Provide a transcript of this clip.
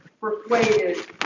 persuaded